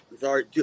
Sorry